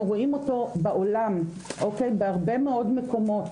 רואים אותו בעולם בהרבה מאוד מקומות.